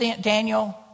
Daniel